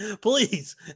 Please